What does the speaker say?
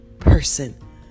person